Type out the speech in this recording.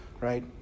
Right